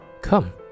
come